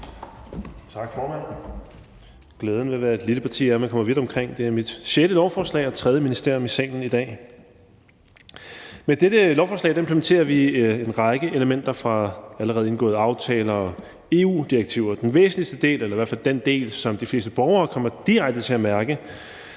Tak, formand. Glæden ved at være et lille parti er, at man kommer vidt omkring; det er mit sjette lovforslag, og det er det tredje ministerium, som er i salen i dag. Med dette lovforslag implementerer vi en række elementer fra allerede indgåede aftaler og EU-direktiver, og den væsentligste del eller i hvert fald den del, som de fleste borgere kommer til at mærke